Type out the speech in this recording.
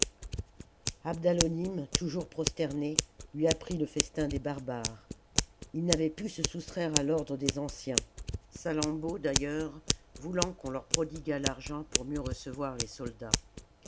abdalonim toujours prosterné lui apprit le festin des barbares ii n'avait pu se soustraire à l'ordre des anciens salammbô d'ailleurs voulant que l'on prodiguât l'argent pour mieux recevoir les soldats